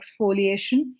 exfoliation